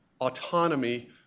autonomy